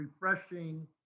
refreshing